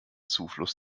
zufluss